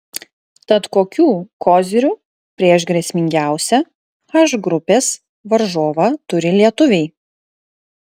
tad kokių kozirių prieš grėsmingiausią h grupės varžovą turi lietuviai